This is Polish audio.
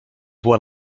była